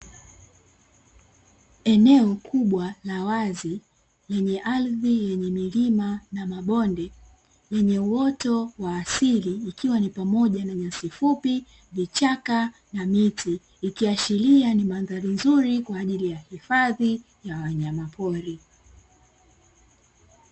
Eneo kubwa la wazi lenye ardhi yenye milima na mabonde, lenye uoto wa asili ikiwa ni pamoja na: nyasi fupi, vichaka na miti; ikiashiria ni mandhari nzuri kwa ajili ya uhifadhi wa wanyamapori.